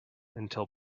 until